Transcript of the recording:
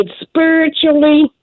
spiritually